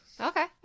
okay